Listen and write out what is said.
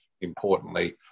importantly